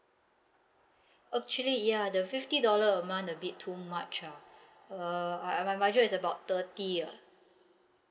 actually ya the fifty dollar a month a bit too much ah uh I my budget is about thirty ah